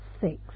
six